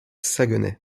saguenay